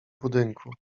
budynku